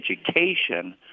education